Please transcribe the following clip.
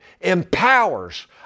empowers